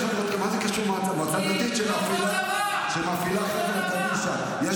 מועצה דתית שמפעילה חברת קדישא --- כי זה אותו דבר,